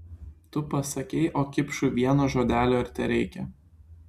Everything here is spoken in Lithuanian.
tu pasakei o kipšui vieno žodelio ir tereikia